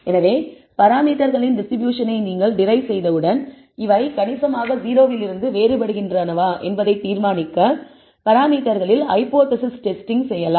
எனவே பராமீட்டர்களின் டிஸ்ட்ரிபியூஷனை நீங்கள் டெரிவ் செய்தவுடன் இவை கணிசமாக 0 விலிருந்து வேறுபடுகின்றனவா என்பதை தீர்மானிக்க பராமீட்டர்களில் ஹைபோதேசிஸ் டெஸ்டிங் செய்யலாம்